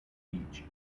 beach